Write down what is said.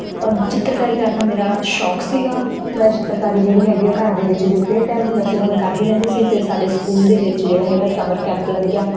ਚਿੱਤਰਕਾਰੀ ਕਰਨਾ ਮੇਰਾ ਸ਼ੌਂਕ ਸੀਗਾ ਮੈਂ ਚਿੱਤਰਕਾਰੀ ਜਿਹੜੀ ਹੈਗੀ ਹੈ ਘਰ ਦੇ ਵਿੱਚ ਜੋ ਫਰੀ ਟੈਮ ਹੁੰਦਾ ਸੀਗਾ ਮੈਂ ਕਰਦੀ ਰਹਿੰਦੀ ਸੀ ਫਿਰ ਸਾਡੇ ਸਕੂਲ ਦੇ ਵਿੱਚ ਜਿਹੜਾ ਹੈਗਾ ਸਮਰ ਕੈਂਪ ਲੱਗਿਆ